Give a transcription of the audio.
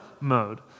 mode